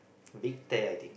big tear I think